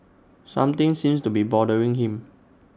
something seems to be bothering him